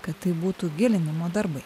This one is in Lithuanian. kad tai būtų gilinimo darbai